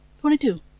Twenty-two